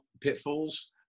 pitfalls